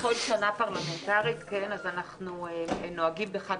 בכל שנה פרלמנטרית אנחנו נוהגים בחג